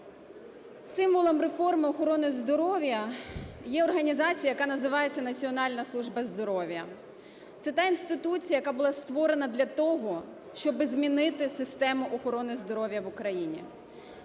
Символом реформи охорони здоров'я є організація, яка називається "Національна служба здоров'я". Це та інституція, яка була створена для того, щоби змінити систему охорони здоров'я в Україні.